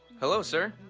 hello sir,